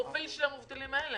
הפרופיל של המובטלים האלה